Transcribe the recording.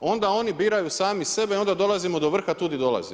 onda oni biraju sami sebe, onda dolazimo do vrha tu di dolazimo.